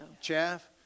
chaff